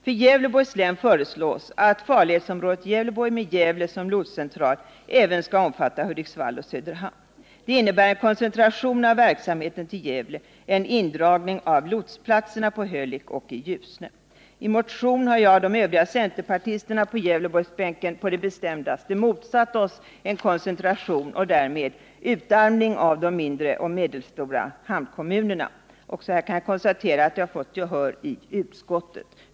För Gävleborgs län föreslås att farledsområdet Gävleborg med Gävle som lotscentral även skall omfatta Hudiksvall och Söderhamn. Det innebär en koncentration av verksamheten till Gävle och en indragning av lotsplatserna på Hölick och i Ljusne. I en motion av mig och de övriga centerpartisterna på Gävleborgsbänken har vi på det bestämdaste motsatt oss en koncentration och därmed en utarmning av de mindre och medelstora hamnkommunerna. Också härvidlag kan jag konstatera att jag fått gehör i utskottet.